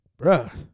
bruh